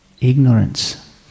Ignorance